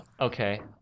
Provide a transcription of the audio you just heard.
Okay